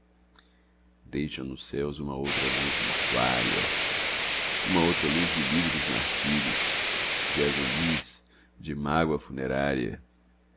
deixam nos céus uma outra luz mortuária uma outra luz de lívidos martírios de agonies de mágoa funerária